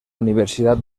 universidad